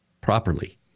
properly